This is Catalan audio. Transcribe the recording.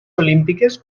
olímpiques